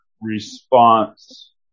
response